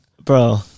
Bro